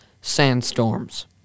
sandstorms